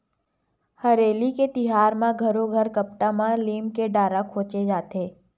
हरेली के तिहार म घरो घर कपाट म लीम के डारा खोचे जाथे